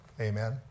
Amen